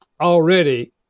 already